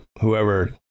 whoever